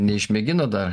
neišmėginot dar